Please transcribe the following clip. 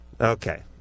Okay